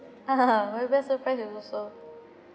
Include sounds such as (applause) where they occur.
ah (laughs) my best surprise was also